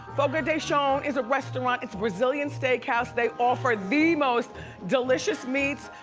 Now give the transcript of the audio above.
fogo de chao is a restaurant. it's brazilian steakhouse. they offer the most delicious meats,